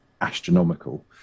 astronomical